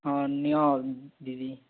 ହଁ ନିଅ ଦିଦି